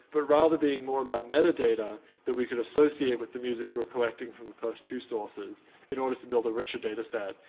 but rather be more about meta data that we can associate with the music we're collecting from the first two sources in order to build a richer data set,